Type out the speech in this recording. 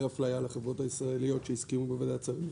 אפליה לחברות הישראליות שהוזכרו בוועדת השרים לחקיקה?